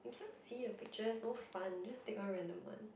cannot see the picture no fun just take a random one